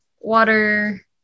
water